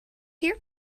here